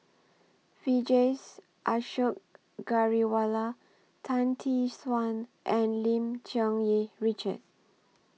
Vijesh Ashok Ghariwala Tan Tee Suan and Lim Cherng Yih Richard